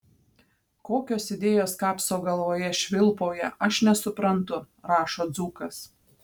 kokios idėjos kapso galvoje švilpauja aš nesuprantu rašo dzūkas